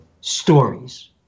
stories